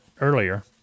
earlier